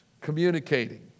communicating